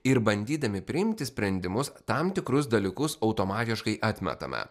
ir bandydami priimti sprendimus tam tikrus dalykus automatiškai atmetame